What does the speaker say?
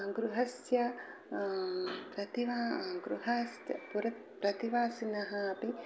गृहस्य प्रति वा गृहस्य पुरतः प्रतिवासिनः अपि